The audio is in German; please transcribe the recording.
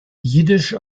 jiddisch